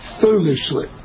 foolishly